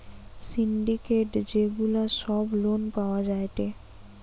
syndicate যে গুলা সব লোন পাওয়া যায়টে